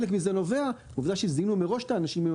עובדה שזיהינו מראש את האנשים עם